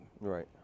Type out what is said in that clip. Right